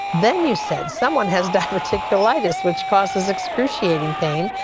then you said someone has diverticulitis which causes excruciating pain.